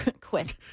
Quiz